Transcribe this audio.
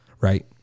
right